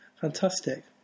fantastic